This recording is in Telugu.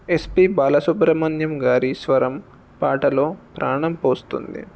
ఎస్పి బాలసుబ్రమణ్యం గారి స్వరం పాటలో ప్రాణం పోస్తుంది